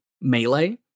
melee